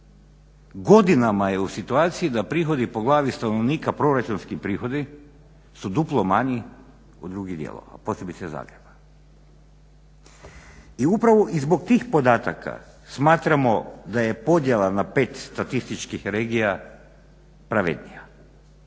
godinama je u situaciji da prihodi po glavi stanovnika, proračunski prihodi su duplo manji od drugih dijelova posebice Zagreba. I upravo i zbog tih podataka smatramo da je podjela na 5 statističkih regija pravednija.